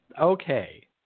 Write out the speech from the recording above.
Okay